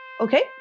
Okay